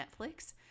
Netflix